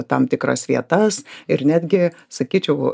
tam tikras vietas ir netgi sakyčiau